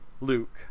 Luke